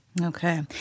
Okay